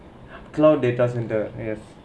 cloud data centre yes